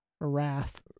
wrath